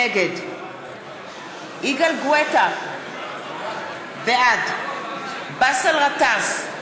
נגד יגאל גואטה, בעד באסל גטאס,